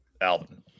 Alvin